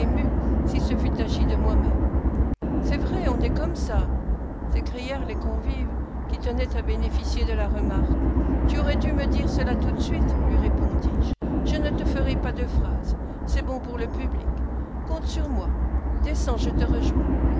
s'il se fût agi de moi-même c'est vrai on est comme ça s'écrièrent les convives qui tenaient à bénéficier de la remarque tu aurais dû me dire cela tout de suite lui répondis-je je ne te ferai pas de phrases c'est bon pour le public compte sur moi descends je te rejoins